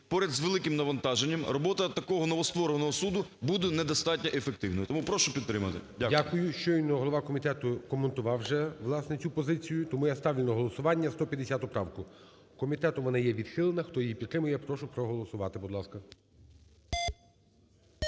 поряд з великим навантаженням робота такого новоствореного суду буде недостатньо ефективною. Тому прошу підтримати. Дякую. ГОЛОВУЮЧИЙ. Дякую. Щойно голова комітету коментував вже, власне, цю позицію. Тому я ставлю на голосування 150-у правку. Комітетом вона є відхилена. Хто її підтримує, прошу проголосувати, будь ласка.